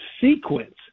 sequence